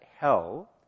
hell